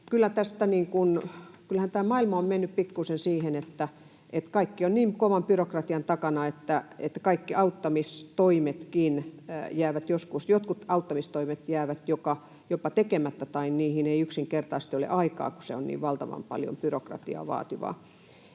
Kyllähän tämä maailma on mennyt pikkuisen siihen, että kaikki on niin kovan byrokratian takana, että jotkut auttamistoimet jäävät jopa tekemättä tai niihin ei yksinkertaisesti ole aikaa, kun ne vaativat niin valtavan paljon byrokratiaa.